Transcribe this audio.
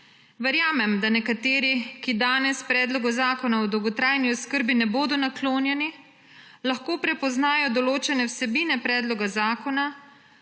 Verjamem, da nekateri, ki danes Predlogu zakona o dolgotrajni oskrbi ne bodo naklonjeni, lahko prepoznajo določene vsebine predloga zakona,